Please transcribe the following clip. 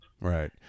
Right